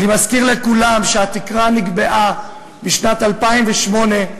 אני מזכיר לכולם שהתקרה נקבעה בשנת 2008,